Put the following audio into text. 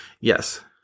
yes